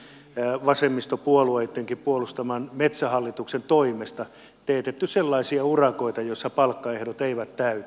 paljon vasemmistopuolueittenkin puolustaman metsähallituksen toimesta on teetetty sellaisia urakoita joissa palkkaehdot eivät täyty